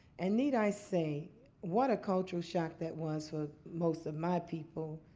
and need i say what a culture shock that was for most of my people.